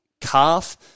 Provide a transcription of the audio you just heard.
calf